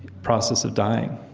process of dying,